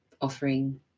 offering